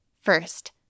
First